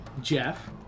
Jeff